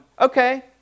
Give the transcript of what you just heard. okay